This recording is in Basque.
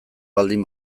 baldin